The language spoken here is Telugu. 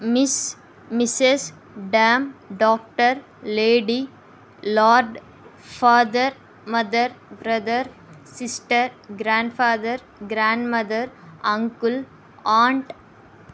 miss Mrs dame doctor lady lord father mother brother sister grandfather grandmother uncle aunt